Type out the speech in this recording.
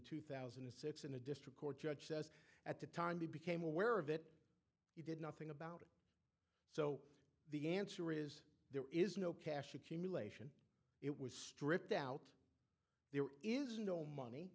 two thousand and six in a district court judge says at the time he became aware of it he did nothing about so the answer is there is no cash accumulation it was stripped out there is no money